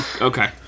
Okay